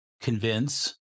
convince